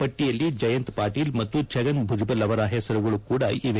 ಪಟ್ಟಿಯಲ್ಲಿ ಜಯಂತ್ ಪಾಟೀಲ್ ಮತ್ತು ಛಗನ್ ಭುಜಬಲ್ ಅವರ ಹೆಸರುಗಳು ಕೂಡ ಇವೆ